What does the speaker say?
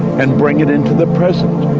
and bring it into the present?